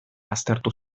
aztertu